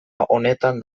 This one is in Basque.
honetan